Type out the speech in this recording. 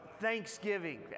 Thanksgiving